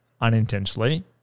unintentionally